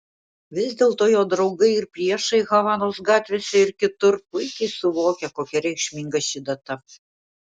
vis dėlto jo draugai ir priešai havanos gatvėse ir kitur puikiai suvokia kokia reikšminga ši data